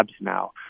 now